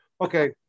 Okay